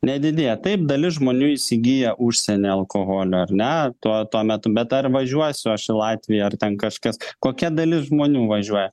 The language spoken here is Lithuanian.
nedidėja taip dalis žmonių įsigyja užsieny alkoholio ar ne tuo tuo metu bet ar važiuosiu aš į latviją ar ten kažkas kokia dalis žmonių važiuoja